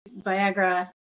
Viagra